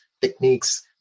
techniques